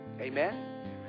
Amen